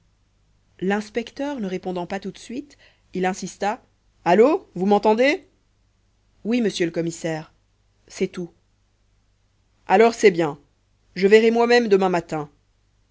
l'inspecteur ne répondant pas tout de suite il insista allo vous m'entendez oui monsieur le commissaire c'est tout alors c'est bien je verrai moi-même demain matin